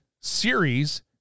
series